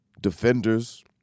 defenders